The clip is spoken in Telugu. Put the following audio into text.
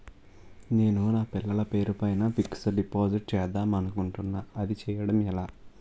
నేను నా పిల్లల పేరు పైన ఫిక్సడ్ డిపాజిట్ చేద్దాం అనుకుంటున్నా అది చేయడం ఎలా?